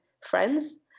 friends